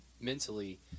mentally